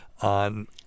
on